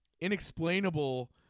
inexplainable